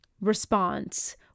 response